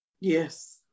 Yes